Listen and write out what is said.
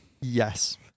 yes